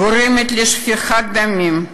גורמת לשפיכת דמים,